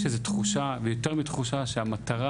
יש איזה תחושה ויותר מתחושה שהמטרה